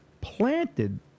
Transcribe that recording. planted